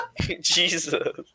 Jesus